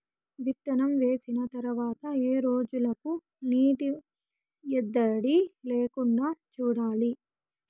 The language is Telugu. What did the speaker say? విత్తనం వేసిన తర్వాత ఏ రోజులకు నీటి ఎద్దడి లేకుండా చూడాలి?